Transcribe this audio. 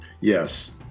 yes